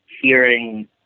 hearing